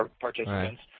participants